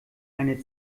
eine